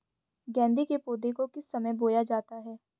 गेंदे के पौधे को किस समय बोया जाता है?